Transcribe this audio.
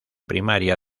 primaria